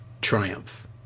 triumph